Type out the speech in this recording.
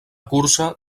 cursa